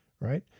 Right